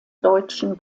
deutschen